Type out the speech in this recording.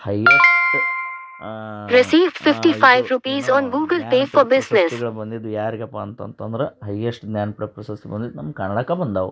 highest received fifty five rupees on Google Pay for business ಪ್ರಶಸ್ತಿಗಳು ಬಂದಿದ್ದು ಯಾರಿಗಪ್ಪ ಅಂತಂತಂದ್ರೆ ಹೈಯೆಸ್ಟ್ ಜ್ಞಾನಪೀಠ ಪ್ರಶಸ್ತಿ ಬಂದಿದ್ದು ನಮ್ಮ ಕನ್ನಡಕ್ಕೆ ಬಂದಿವೆ